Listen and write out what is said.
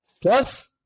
Plus